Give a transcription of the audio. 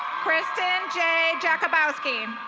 kristen j jackabowski.